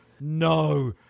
No